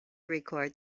record